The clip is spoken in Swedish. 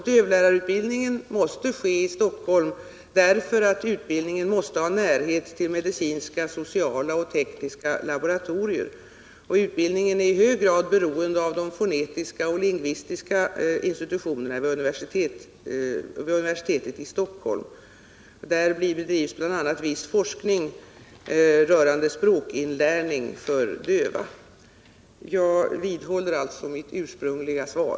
Dövlärarutbildningen måste ske i Stockholm, eftersom utbildningen måste ha närhet till medicinska, sociala och tekniska laboratorier. Utbildningen är också i hög grad beroende av de fonetiska och lingvistiska institutionerna vid universitetet i Stockholm, där det bedrivs viss forskning rörande språkinlärning för döva. Jag vidhåller alltså mitt ursprungliga svar.